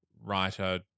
writer